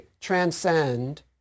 transcend